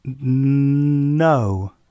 no